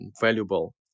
valuable